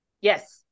Yes